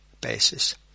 basis